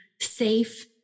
safe